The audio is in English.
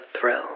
thrill